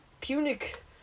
Punic